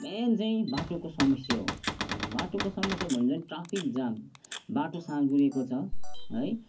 main चाहिँ बाटोको समस्या हो बाटोको समस्याभन्दा पनि ट्राफिक जाम बाटो साँघुरिएको छ है